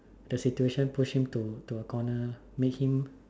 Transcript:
the situation push him to a corner make him